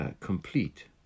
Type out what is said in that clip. complete